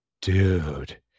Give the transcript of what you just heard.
Dude